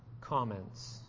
comments